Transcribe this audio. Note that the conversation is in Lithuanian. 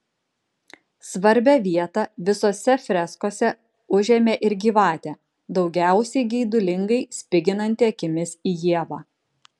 svarbią vietą visose freskose užėmė ir gyvatė daugiausiai geidulingai spiginanti akimis į ievą